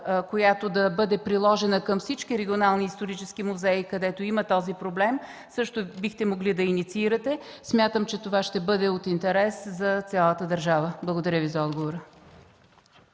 която да бъде приложена към всички регионални исторически музеи, където има този проблем, също бихте могли да инициирате. Смятам, че това ще бъде в интерес на цялата държава. Благодаря Ви за отговора.